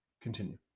continue